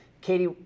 Katie